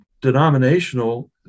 Denominational